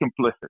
complicit